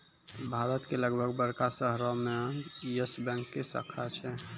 भारत के लगभग बड़का शहरो मे यस बैंक के शाखा छै